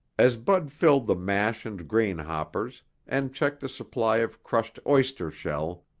as bud filled the mash and grain hoppers and checked the supply of crushed oyster shell,